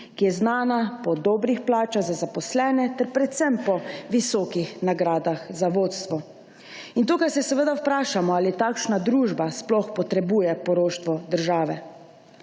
ki je znana po dobrih plačah za zaposlene ter predvsem po visokih nagradah za vodstvo. Tu se seveda vprašamo, ali takšna družba sploh potrebuje poroštvo države.